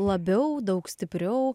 labiau daug stipriau